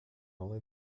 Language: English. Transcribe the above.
only